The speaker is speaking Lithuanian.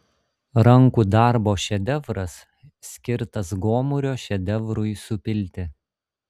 rankų darbo šedevras skirtas gomurio šedevrui supilti